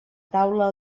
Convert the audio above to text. taula